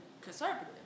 conservative